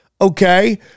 okay